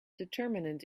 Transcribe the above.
determinant